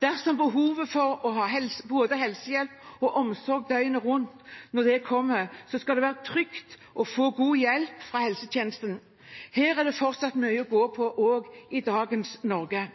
Dersom det kommer et behov for å ha både helsehjelp og omsorg døgnet rundt, skal det være trygt å få god hjelp fra helsetjenesten. Her er det fortsatt mye å gå på i Norge i dag.